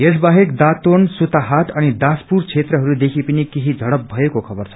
यस बाहेक दातोन सुताछाट अनि दासपुर क्षेत्रहरूदेख पनि केही स्रहप भएको खवर छ